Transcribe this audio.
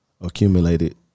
accumulated